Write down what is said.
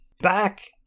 back